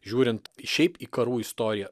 žiūrint šiaip į karų istoriją